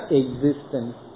existence